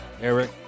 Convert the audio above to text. Eric